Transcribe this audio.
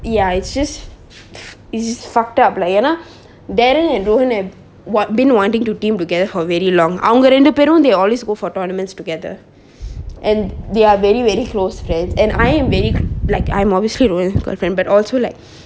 ya it's just is just fucked up lah ஏன்னா:eanna darren and rowen have what been wanting to team together for very long அவங்க ரெண்டு பேரும்:avanga rendu perum they always go for tournaments together and they are very very close friends and I am very like I'm obviously rowen girlfriend but also like